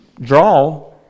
draw